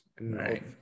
right